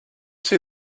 see